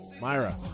Myra